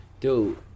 Dude